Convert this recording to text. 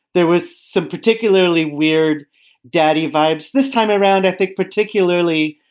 there was some particularly weird daddy vibes this time around, i think, particularly,